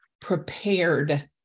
prepared